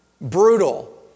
brutal